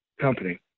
company